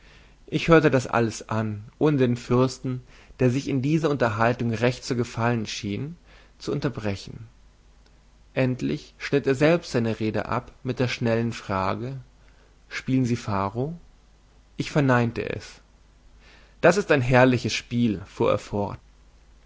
ich hörte alles an ohne den fürsten der sich in dieser unterhaltung recht zu gefallen schien zu unterbrechen endlich schnitt er selbst seine rede ab mit der schnellen frage spielen sie pharo ich verneinte es das ist ein herrliches spiel fuhr